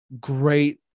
great